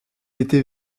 était